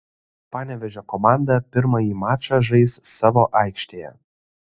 panevėžio komanda pirmąjį mačą žais savo aikštėje